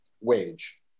wage